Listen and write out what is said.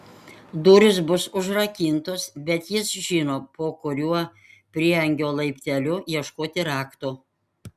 durys bus užrakintos bet jis žino po kuriuo prieangio laipteliu ieškoti rakto